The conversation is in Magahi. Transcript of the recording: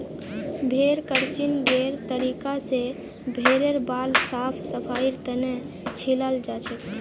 भेड़ क्रचिंगेर तरीका स भेड़ेर बाल साफ सफाईर तने छिलाल जाछेक